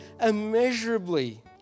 immeasurably